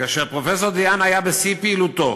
כאשר פרופסור דה-האן היה בשיא פעילותו,